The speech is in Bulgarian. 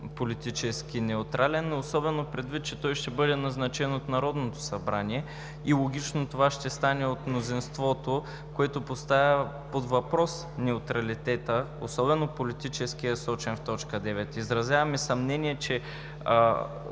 политически неутрален, особено предвид, че той ще бъде назначен от Народното събрание и логично, че това ще стане от мнозинството, което поставя под въпрос неутралитета, особено политическия, сочен в т. 9. Изразяваме съмнение, че